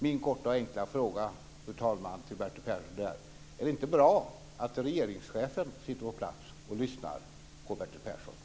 Min korta och enkla fråga till Bertil Persson är: Är det inte bra att regeringschefen sitter på plats och lyssnar på Bertil Persson?